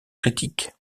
critique